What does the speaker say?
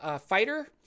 fighter